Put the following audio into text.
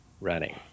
running